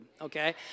okay